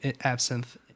Absinthe